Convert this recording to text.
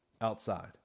outside